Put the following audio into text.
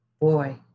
boy